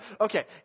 okay